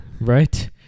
right